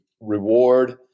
reward